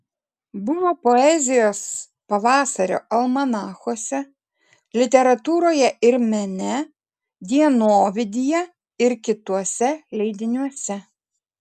buvo poezijos pavasario almanachuose literatūroje ir mene dienovidyje ir kituose leidiniuose